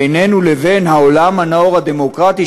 בינינו לבין העולם הנאור הדמוקרטי,